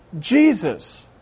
Jesus